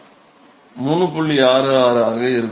66 ஆக இருக்கும்